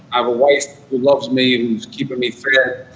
i have a wife, who loves me, who's keeping me fed.